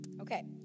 Okay